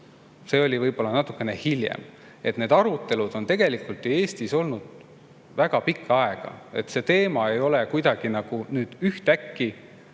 See oli võib-olla natukene hiljem. Need arutelud on ju tegelikult Eestis olnud väga pikka aega, see teema ei ole nüüd ühtäkki